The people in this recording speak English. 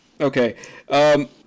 Okay